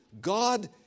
God